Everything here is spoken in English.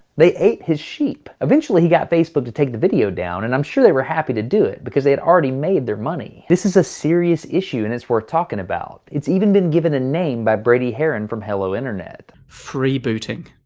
they ate his sheep. eventually he got facebook to take the video down and i'm sure they were happy to do it because they had already made their money. this is a serious issue and it's worth talking about. it's even been given a name by brady haran from hello internet. freebooting.